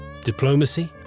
Diplomacy